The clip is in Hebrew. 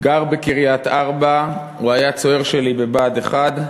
גר בקריית-ארבע, הוא היה צוער שלי בבה"ד 1,